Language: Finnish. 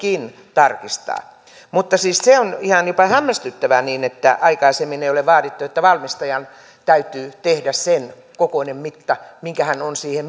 tarkistaa se on ihan jopa hämmästyttävää että aikaisemmin ei ole vaadittu että valmistajan täytyy tehdä sen kokoinen mitta minkä hän on siihen